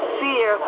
fear